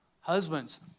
Husbands